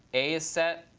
a is set,